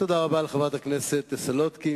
תודה רבה לחברת הכנסת סולודקין.